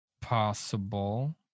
possible